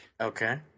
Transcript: Okay